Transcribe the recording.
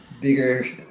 bigger